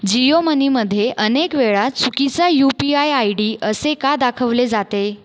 जिओ मनीमध्ये अनेक वेळा चुकीचा U P I I D असे का दाखवले जाते